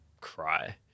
cry